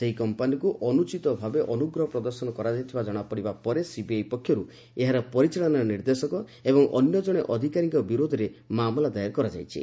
ସେହି କମ୍ପାନୀକୁ ଅନୁଚିତ ଭାବେ ଅନୁଗ୍ରହ ପ୍ରଦର୍ଶନ କରାଯାଇଥିବା ଜଣାପଡ଼ିବା ପରେ ସିବିଆଇ ପକ୍ଷରୁ ଏହାର ପରିଚାଳନା ନିର୍ଦ୍ଦେଶକ ଏବଂ ଅନ୍ୟ କଣେ ଅଧିକାରୀଙ୍କ ବିରୋଧରେ ମାମଲା ଦାୟାର କରାଯାଇଛି